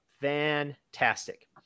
fantastic